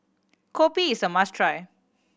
kopi is a must try